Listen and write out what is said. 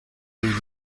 rue